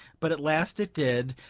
but at last it did,